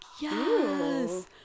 yes